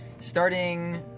starting